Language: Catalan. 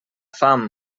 fam